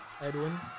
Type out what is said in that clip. Edwin